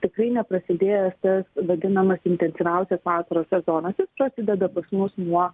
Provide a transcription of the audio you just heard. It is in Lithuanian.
tikrai neprasidėjęs tas vadinamas intensyviausias vasaros sezonas prasideda pas mus nuo